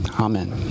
amen